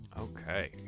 Okay